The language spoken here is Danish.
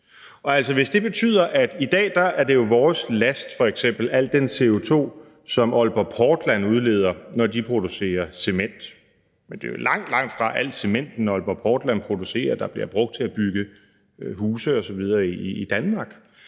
end vi importerer. I dag er f.eks. al den CO2, som Aalborg Portland udleder, når de producerer cement, vores last. Men det er jo langt, langtfra al den cement, som Aalborg Portland producerer, der bliver brugt til at bygge huse osv. i Danmark.